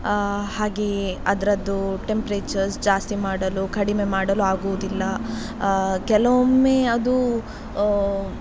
ಹಾಗೇ ಅದ್ರದ್ದು ಟೆಂಪ್ರೇಚರ್ಸ್ ಜಾಸ್ತಿ ಮಾಡಲು ಕಡಿಮೆ ಮಾಡಲು ಆಗುವುದಿಲ್ಲ ಕೆಲವೊಮ್ಮೆ ಅದು